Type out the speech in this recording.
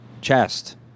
chest